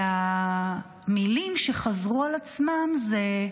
והמילים שחזרו על עצמן זה: